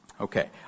Okay